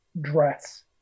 dress